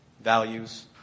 values